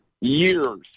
years